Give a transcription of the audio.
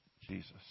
Jesus